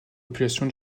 population